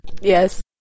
Yes